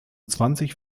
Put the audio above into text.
zwanzig